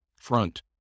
front